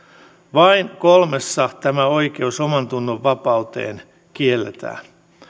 vain kolmessa tämä oikeus omantunnonvapauteen kielletään